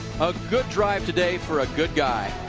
a good drive today for a good guy.